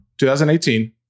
2018